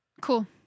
Cool